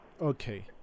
Okay